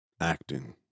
acting